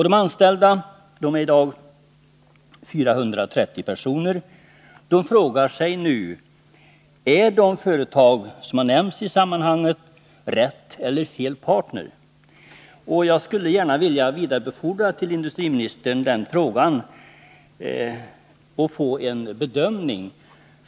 De anställda — de är i dag 430 personer — frågar sig nu: Är de företag som nämns i sammanhanget rätt eller fel partner? Jag skulle gärna vilja vidarebefordra den frågan till industriministern och höra hans bedömning.